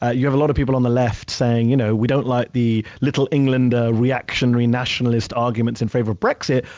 ah you have a lot of people on the left saying, you know we don't let the little england ah reactionary nationalist arguments in favor of brexit,